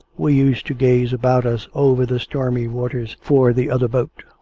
we used to gaze about us over the stormy waters, for the other boat.